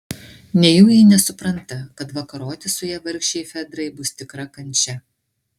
nejau ji nesupranta kad vakaroti su ja vargšei fedrai bus tikra kančia